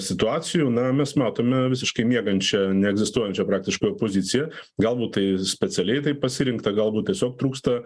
situacijų na mes matome visiškai miegančią neegzistuojančią praktiškai opoziciją galbūt tai specialiai taip pasirinkta galbūt tiesiog trūksta